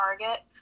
target